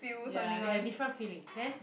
ya they have different feeling then